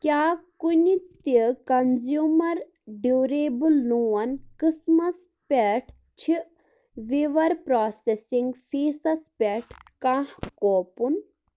کیٛاہ کُنہِ تہِ کنٛزیوٗمَر ڈیوٗریبٕل لون قٕسمَس پٮ۪ٹھ چھِ وِوَر پرٛوٚسٮ۪سِنٛگ فیسَس پٮ۪ٹھ کانٛہہ کوپُن